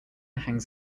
hangs